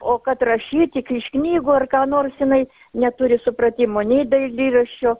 o kad rašyt tik iš knygų ar ką nors jinai neturi supratimo nei dailyraščio